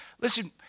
Listen